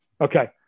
Okay